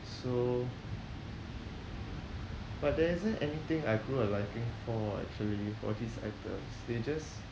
so but there isn't anything I grew a liking for actually for these items they just